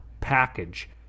package